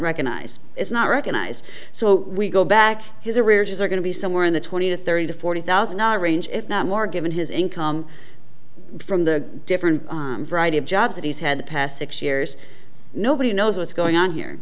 recognize it's not recognized so we go back his arrearages are going to be somewhere in the twenty to thirty to forty thousand dollars range if not more given his income from the different variety of jobs that he's had the past six years nobody knows what's going on here